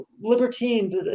libertines